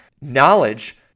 knowledge –